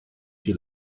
she